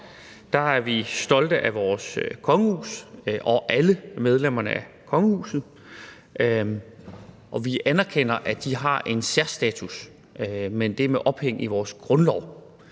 er vi stolte af vores kongehus og alle medlemmerne af kongehuset, og vi anerkender, at de har en særstatus, men det er med ophæng i vores grundlov.